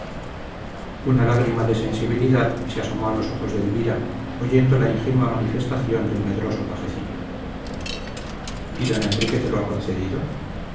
una lágrima de sensibilidad se asomó a los ojos de elvira oyendo la ingenua manifestación del medroso pajecillo y don enrique te lo ha concedido